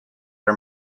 are